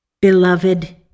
Beloved